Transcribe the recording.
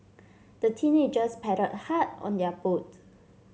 the teenagers paddled hard on their boat